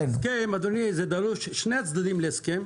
אדוני, דרושים שני צדדים להסכם.